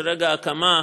רגע ההקמה,